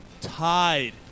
tied